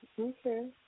okay